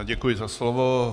Děkuji za slovo.